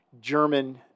German